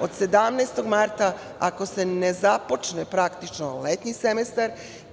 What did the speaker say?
Od 17. marta, ako se ne započne praktično letnji semestar